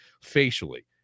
facially